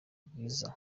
bwiza